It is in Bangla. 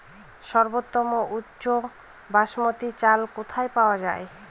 সর্বোওম উচ্চ বাসমতী চাল কোথায় পওয়া যাবে?